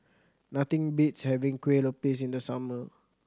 nothing beats having Kueh Lopes in the summer